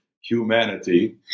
humanity